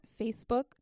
facebook